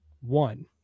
one